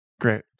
Great